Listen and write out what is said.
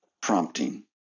prompting